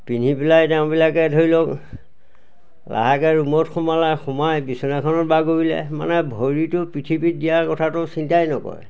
পিন্ধি পেলাই তেওঁবিলাকে ধৰি লওক লাহেকৈ ৰূমত সোমালে সোমাই বিচনাখনত বাগৰিলে মানে ভৰিটো পৃথিৱীত দিয়াৰ কথাটো চিন্তাই নকৰে